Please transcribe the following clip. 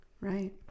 Right